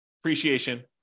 appreciation